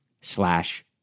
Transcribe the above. slash